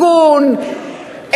הגון,